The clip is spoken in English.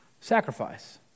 sacrifice